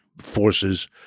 forces